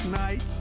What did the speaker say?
night